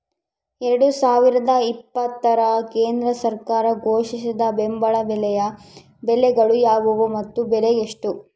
ಎರಡು ಸಾವಿರದ ಇಪ್ಪತ್ತರ ಕೇಂದ್ರ ಸರ್ಕಾರ ಘೋಷಿಸಿದ ಬೆಂಬಲ ಬೆಲೆಯ ಬೆಳೆಗಳು ಯಾವುವು ಮತ್ತು ಬೆಲೆ ಎಷ್ಟು?